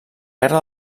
guerra